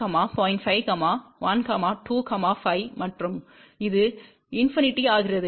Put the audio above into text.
5 1 2 5 மற்றும் இது இண்பிநிடி ஆகிறது